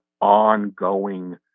ongoing